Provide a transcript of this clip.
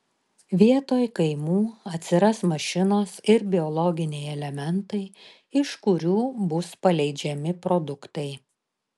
vietoj kaimų atsiras mašinos ir biologiniai elementai iš kurių bus paleidžiami produktai